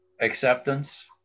acceptance